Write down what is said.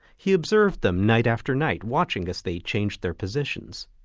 he observed them night after night, watching as they changed their positions.